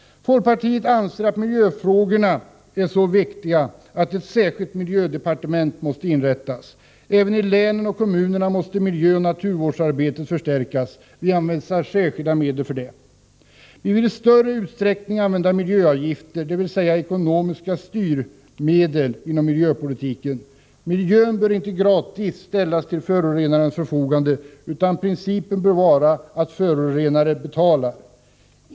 Folkpartiet anser att miljöfrågorna är så viktiga att ett särskilt miljödepartement måste inrättas. Även i länen och kommunerna måste miljöoch naturvårdsarbetet förstärkas. Vi anvisar särskilda medel för det. Vi vill i större utsträckning använda miljöavgifter, dvs. ekonomiska styrmedel, inom miljöpolitiken. Miljön bör inte gratis ställas till förorenarens förfogande, utan principen bör vara att förorenare betalar.